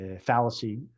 fallacy